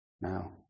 now